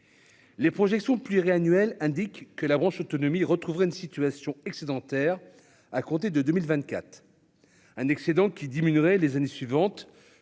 les projections pluriannuelle, indique que la branche autonomie retrouvera une situation excédentaire à compter de 2000 vingt-quatre un excédent qui diminuerait les années suivantes,